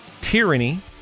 tyranny